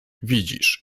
widzisz